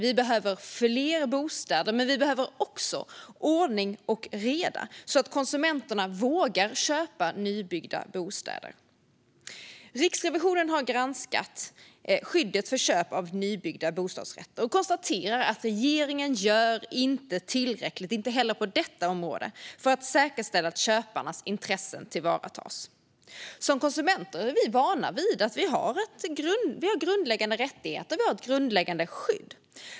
Vi behöver fler bostäder, men vi behöver också ordning och reda så att konsumenterna vågar köpa nybyggda bostäder. Riksrevisionen har granskat skyddet vid köp av nybyggda bostadsrätter och konstaterar att regeringen inte heller på detta område gör tillräckligt för att säkerställa att köparnas intressen tillvaratas. Som konsumenter är vi vana vid att vi har grundläggande rättigheter. Vi har ett grundläggande skydd.